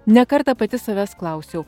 ne kartą pati savęs klausiau